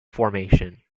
formation